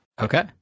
Okay